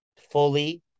fully